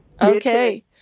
Okay